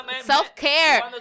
self-care